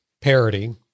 parody